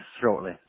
shortly